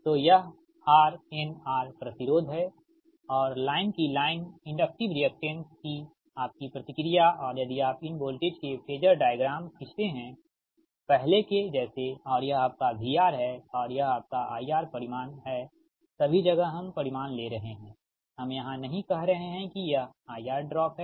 तो यह R n R प्रतिरोध है और लाइन की लाइन इंडक्टिव रिएक्टेंस की आपकी प्रतिक्रिया और यदि आप इन वोल्टेज के फेजर डायग्राम खींचते हैं पहले के जैसे और यह आपका VR है और यह आपका IR परिमाण है सभी जगह हम परिमाण ले रहे हैंहम यहां यह नहीं कह रहे हैं कि यह IR ड्रॉप है